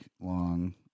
long